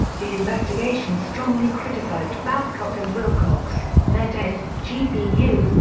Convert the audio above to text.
the investigation strongly criticized babcock and wilcox, met ed, gpu,